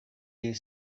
you